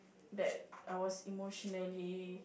that I was emotionally